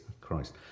christ